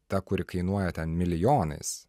ta kuri kainuoja ten milijonais